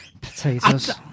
potatoes